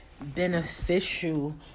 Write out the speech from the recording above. beneficial